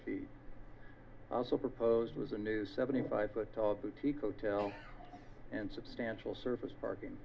feet also proposed as a new seventy five foot tall boutique hotel and substantial service parking